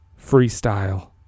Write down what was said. Freestyle